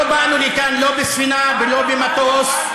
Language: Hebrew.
לא באנו לכאן לא בספינה ולא במטוס.